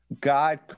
God